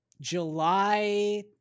July